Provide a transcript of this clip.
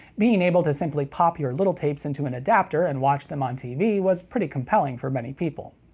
being able to simply pop your little tapes into an adapter and watch them on tv was pretty compelling for many people.